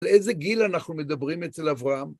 לאיזה גיל אנחנו מדברים אצל אברהם?